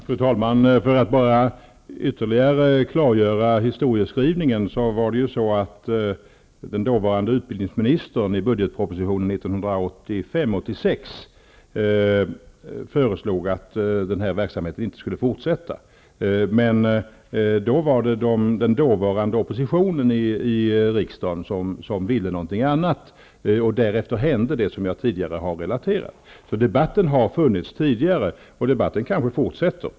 Fru talman! Låt mig ytterligare klargöra historieskrivningen. I budgetpropositionen 1985/86 föreslog den dåvarande utbildningsministern att den här verksamheten inte skulle fortsätta, men den dåvarande oppositionen i riksdagen ville någonting annat, och därefter hände det som jag tidigare har relaterat. Debatten har alltså förts tidigare, och debatten kanske fortsätter.